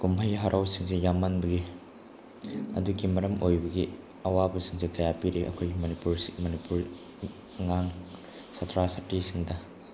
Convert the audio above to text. ꯀꯨꯝꯍꯩ ꯍꯔꯥꯎꯁꯤꯡꯁꯦ ꯌꯥꯝꯃꯟꯕꯒꯤ ꯑꯗꯨꯒꯤ ꯃꯔꯝ ꯑꯣꯏꯕꯒꯤ ꯑꯋꯥꯕꯁꯤꯡꯁꯦ ꯀꯌꯥ ꯄꯤꯔꯤ ꯑꯩꯈꯣꯏ ꯃꯅꯤꯄꯨꯔ ꯑꯉꯥꯡ ꯁꯥꯇ꯭ꯔꯥ ꯁꯥꯇ꯭ꯔꯤꯁꯤꯡꯗ